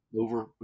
over